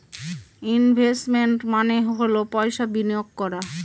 investment মানে হল পয়সা বিনিয়োগ করা